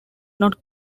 not